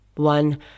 one